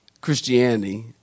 Christianity